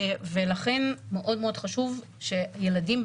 ולכן מאוד מאוד חשוב שילדים,